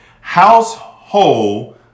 Household